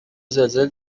زلزله